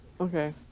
okay